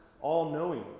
all-knowing